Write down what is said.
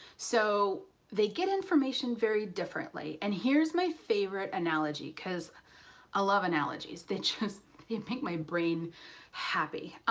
so they get information very differently. and here's my favorite analogy because i love analogies they just you know make my brain happy.